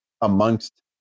amongst